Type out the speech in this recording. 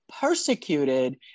persecuted